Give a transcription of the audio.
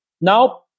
now